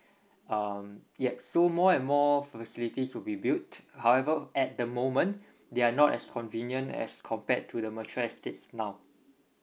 um yup so more and more facilities will be built however at the moment they are not as convenient as compared to the mature estates now